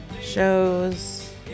Shows